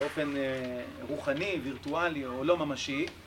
באופן רוחני, וירטואלי או לא ממשי